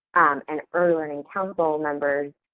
and early learning council members,